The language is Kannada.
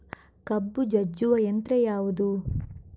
ಕಬ್ಬು ಜಜ್ಜುವ ಯಂತ್ರ ಯಾವುದು?